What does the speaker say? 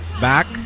back